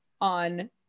on